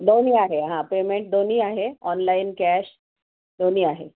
दोन्ही आहे हा पेमेंट दोन्ही आहे ऑनलाईन कॅश दोन्ही आहे